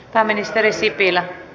pääministeri sipilä